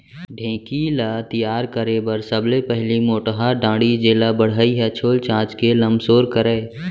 ढेंकी ल तियार करे बर सबले पहिली मोटहा डांड़ी जेला बढ़ई ह छोल चांच के लमसोर करय